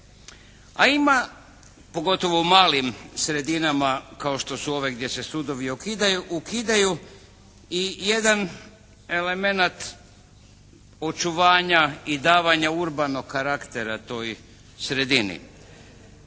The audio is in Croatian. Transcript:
a ima pogotovo u malim sredinama kao što su ove gdje se sudovi ukidaju, ukidaju i jedan elemenat očuvanja i davanja urbanog karaktera toj sredini.